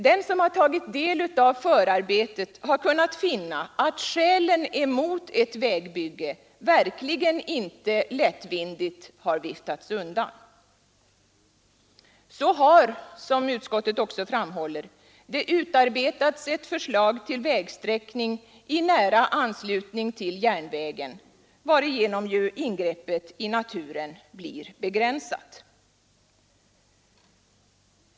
Den som tagit del av förarbetet har kunnat finna att skälen mot ett vägbygge verkligen inte lättvindigt viftats undan. Så har det, som utskottet också framhåller, utarbetats ett förslag till vägsträckning i nära anslutning till järnvägen, varigenom ingreppet i naturen ju blir begränsat.